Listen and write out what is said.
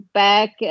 back